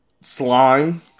Slime